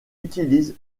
utilise